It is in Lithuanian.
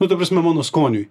nu ta prasme mano skoniui